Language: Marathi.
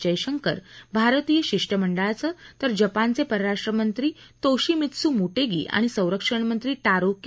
जयशंकर भारतीय शिष्टमंडळाचं तर जपानचे परराष्ट्र मंत्री तोशिमित्सु मोटेगी आणि संरक्षण मंत्री टारो के